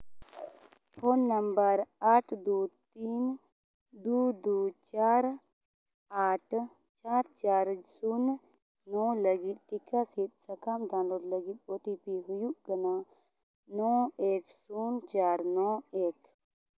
phone number ᱟᱴ ᱫᱩ ᱛᱤᱱ ᱫᱩ ᱫᱩ ᱪᱟᱨ ᱟᱴ ᱪᱟᱨ ᱪᱟᱨ ᱥᱩᱱ ᱱᱚ ᱞᱟᱹᱜᱤᱫ ᱴᱤᱠᱟ ᱥᱤᱫ ᱥᱟᱠᱟᱢ ᱰᱟᱣᱩᱱᱞᱳᱰ ᱞᱟᱹᱜᱤᱫ ᱳᱴᱤᱯᱤ ᱦᱩᱭᱩᱜ ᱠᱟᱱᱟ ᱱᱚ ᱮᱠ ᱥᱩᱱ ᱪᱟᱨ ᱱᱚ ᱮᱠ